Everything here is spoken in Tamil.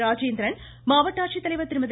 ராஜேந்திரன் மாவட்ட ஆட்சித்தலைவர் திருமதி